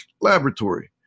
Laboratory